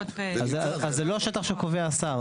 אז זה לא שטח שקובע השר.